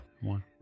one